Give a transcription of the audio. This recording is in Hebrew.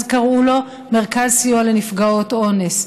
אז קראו לו: מרכז הסיוע לנפגעות אונס.